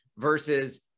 versus